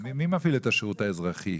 מי מפעיל את השירות האזרחי?